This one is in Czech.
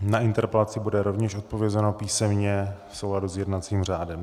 Na interpelaci bude rovněž odpovězeno písemně v souladu s jednacím řádem.